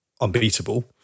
unbeatable